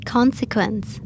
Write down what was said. Consequence